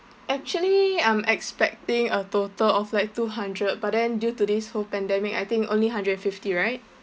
actually I'm expecting a total of like two hundred but then due to this whole pandemic I think only hundred and fifty right